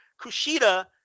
Kushida